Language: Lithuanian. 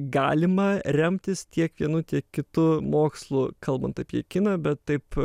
galima remtis tiek vienu tiek kitu mokslu kalbant apie kiną bet taip